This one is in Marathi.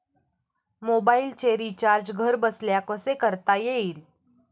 मोबाइलचे रिचार्ज घरबसल्या कसे करता येईल?